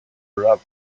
rub